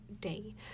day